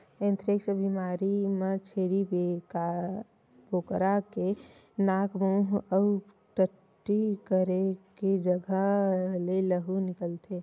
anthrax बेमारी म छेरी बोकरा के नाक, मूंह अउ टट्टी करे के जघा ले लहू निकलथे